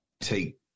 take